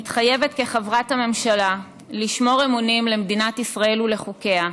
מתחייבת כחברת הממשלה לשמור אמונים למדינת ישראל ולחוקיה,